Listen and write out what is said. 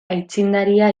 aitzindaria